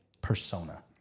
persona